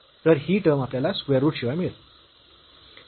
तर ही टर्म आपल्याला स्क्वेअर रूट शिवाय मिळेल